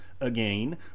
again